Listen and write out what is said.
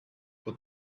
but